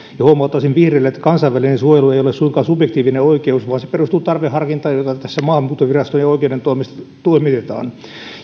huomauttaisin vihreille että kansainvälinen suojelu ei suinkaan ole subjektiivinen oikeus vaan se perustuu tarveharkintaan jota tässä maahanmuuttoviraston ja oikeuden toimesta toimitetaan